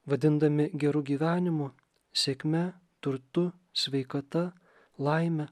vadindami geru gyvenimu sėkme turtu sveikata laime